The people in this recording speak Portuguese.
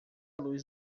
luz